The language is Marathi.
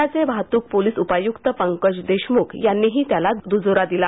पुण्याचे वाहतूक पोलीस उपायुक्त पंकज देशमुख यांनीही त्याला दुजोरा दिला